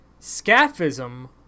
Scafism